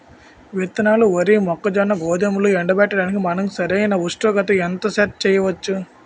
విత్తనాలు వరి, మొక్కజొన్న, గోధుమలు ఎండబెట్టడానికి మనం సరైన ఉష్ణోగ్రతను ఎంత సెట్ చేయవచ్చు?